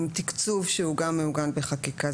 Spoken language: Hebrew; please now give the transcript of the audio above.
עם תקצוב שהוא גם מעוגן בחקיקה.